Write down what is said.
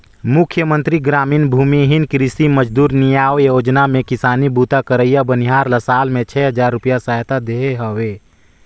मुख्यमंतरी गरामीन भूमिहीन कृषि मजदूर नियाव योजना में किसानी बूता करइया बनिहार ल साल में छै हजार रूपिया सहायता देहे हवे